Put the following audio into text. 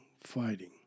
fighting